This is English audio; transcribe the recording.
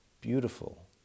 beautiful